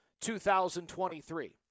2023